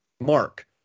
Mark